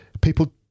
people